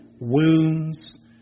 wounds